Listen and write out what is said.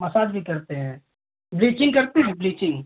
massage भी करते हैं ब्लीचिंग करते हैं ब्लीचिंग